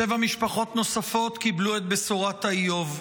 שבע משפחות נוספות קיבלו את בשורת האיוב.